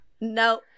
No